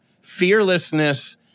fearlessness